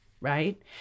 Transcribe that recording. Right